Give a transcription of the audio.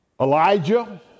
Elijah